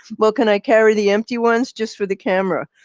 well, can i carry the empty ones just for the camera?